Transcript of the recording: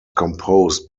composed